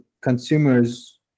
consumers